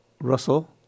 Russell